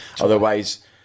Otherwise